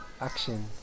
action